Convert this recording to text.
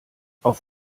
auf